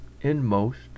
inmost